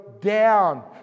down